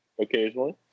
occasionally